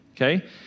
okay